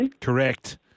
Correct